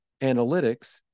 analytics